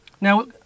Now